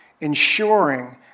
ensuring